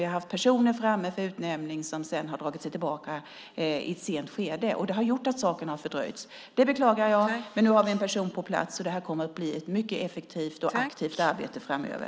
Vi har haft personer framme för utnämning som sedan har dragit sig tillbaka i ett sent skede. Det har gjort att saken har fördröjts. Det beklagar jag, men nu har vi en person på plats. Det kommer att bli ett mycket effektivt och aktivt arbete framöver.